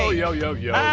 yo, yo, yo, yeah